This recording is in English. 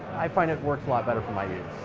i find it works a lot better for my use.